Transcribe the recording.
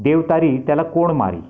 देव तारी त्याला कोण मारी